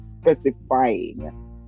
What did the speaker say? specifying